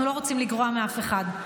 אנחנו לא רוצים לגרוע מאף אחד.